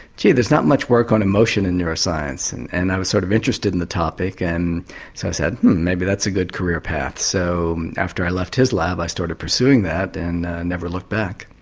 gee there's not much work on emotion in neuroscience. and and i was sort of interested in the topic and so i said, hmm, maybe that's a good career path. so after i left his lab i started pursuing that and never looked back.